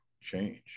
change